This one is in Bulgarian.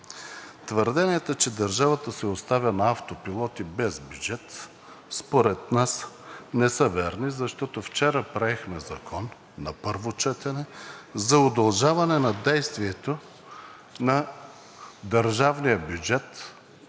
Твърденията, че държавата се оставя на автопилот и без бюджет, според нас не са верни, защото вчера приехме Закон на първо четене за удължаване на действието на държавния бюджет